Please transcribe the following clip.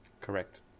Correct